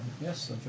Yes